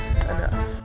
enough